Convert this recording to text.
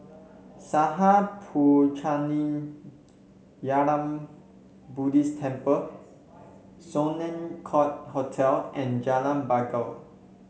Sattha Puchaniyaram Buddhist Temple Sloane Court Hotel and Jalan Bangau